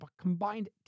combined